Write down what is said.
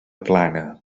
plana